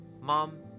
Mom